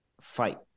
Fight